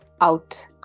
out